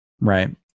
Right